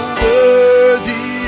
worthy